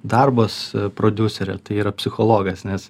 darbas prodiuserio tai yra psichologas nes